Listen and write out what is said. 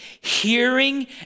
Hearing